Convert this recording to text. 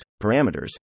parameters